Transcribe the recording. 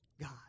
God